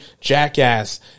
Jackass